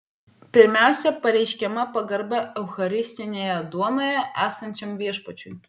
pirmiausia pareiškiama pagarba eucharistinėje duonoje esančiam viešpačiui